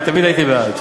אני תמיד הייתי בעד.